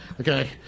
Okay